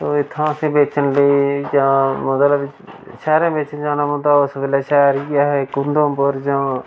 इत्थां असें बेच्चन लेई जां मतलब शैह्रें बिच्च जाना पौंदा उस बेल्लै शैह्र इ'यै हे इक उधमपुर जां